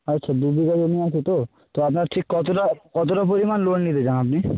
আচ্ছা দুবিঘা জমি আছে তো তো আপনার ঠিক কতটা কতটা পরিমাণ লোন নিতে চান আপনি